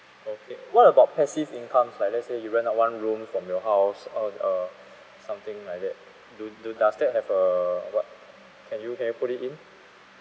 okay what about passive incomes like let's say you rent out one room from your house or uh something like that do do does that have a what can you can I put it in